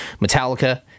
metallica